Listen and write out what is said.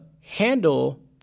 handle